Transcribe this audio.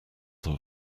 than